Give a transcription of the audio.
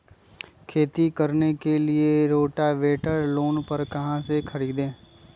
खेती करने के लिए रोटावेटर लोन पर कहाँ से खरीदे?